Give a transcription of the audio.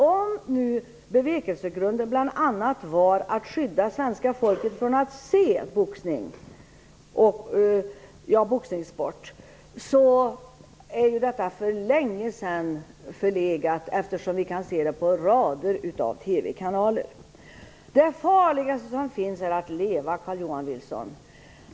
Om bevekelsegrunden bl.a. var att skydda svenska folket från att se boxningssport är ju detta för länge sedan förlegat, eftersom vi kan se boxning i rader av TV Det farligaste som finns är att leva, Carl-Johan Wilson.